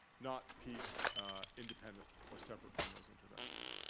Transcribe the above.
not big independent or separate from those interventions.